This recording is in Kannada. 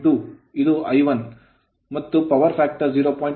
2 ಇದು I1 ಮತ್ತು ಪವರ್ ಫ್ಯಾಕ್ಟರ್ 0